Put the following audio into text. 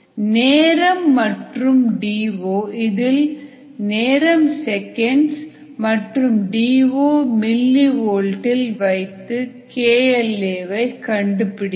நேரம் மற்றும் T O இதில் நேரம் செகண்ட்ஸ் மற்றும் டிஓ மில்லி வோல்ட் இல் வைத்து KL a கண்டுபிடியுங்கள்